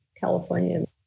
California